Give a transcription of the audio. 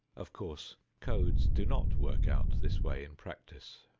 of course, codes do not work out this way in practice.